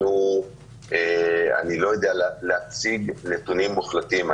אני לא יודע להציג נתונים מוחלטים.